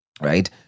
right